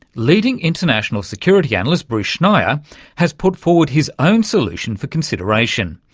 leading international security analyst bruce schneier has put forward his own solution for consideration,